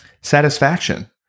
Satisfaction